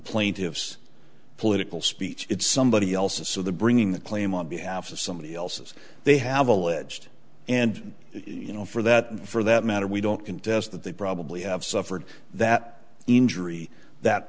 plaintiffs political speech it's somebody else's so the bringing the claim on behalf of somebody else's they have alleged and you know for that for that matter we don't contest that they probably have suffered that injury that